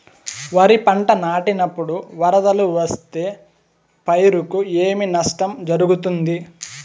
వరిపంట నాటినపుడు వరదలు వస్తే పైరుకు ఏమి నష్టం జరుగుతుంది?